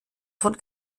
von